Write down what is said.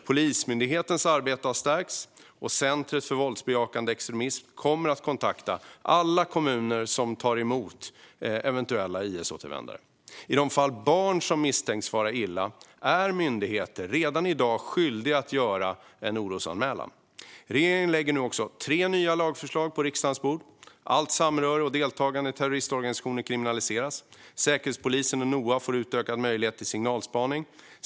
Polismyndighetens arbete har stärkts, och Center mot våldsbejakande extremism kommer att kontakta alla kommuner som tar emot eventuella IS-återvändare. I de fall där barn misstänks fara illa är myndigheter redan i dag skyldiga att göra en orosanmälan. Regeringen lägger nu också tre nya lagförslag på riksdagens bord. Allt samröre och deltagande i terroristorganisationer kriminaliseras, och Säkerhetspolisen och NOA får utökad möjlighet till signalspaning.